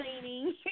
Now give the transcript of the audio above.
cleaning